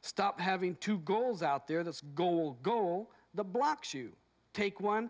stop having two goals out there this goal will go the blocks you take one